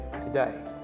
today